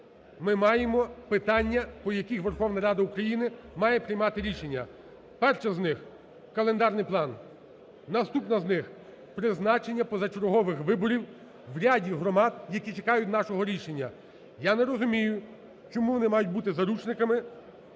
ми маємо питання, по яких Верховна Рада України має приймати рішення. Перше з них – календарний план. Наступне з них – призначення позачергових виборів в ряді громад, які чекають нашого рішення. Я не розумію, чому вони мають бути заручниками